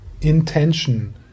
intention